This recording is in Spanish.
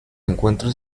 encuentros